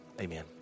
Amen